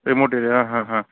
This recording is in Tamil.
ஆ ஆ